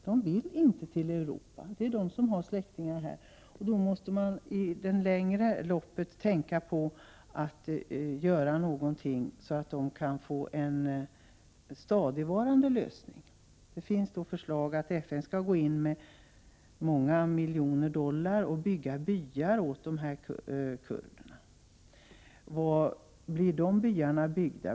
De vill inte till det övriga Europa. I det långa loppet måste man tänka på att göra något så att flyktingar kan få en stadigvarande lösning. Det finns förslag att FN skall gå in med många miljoner dollar och bygga byar åt kurderna. Var blir de byarna byggda?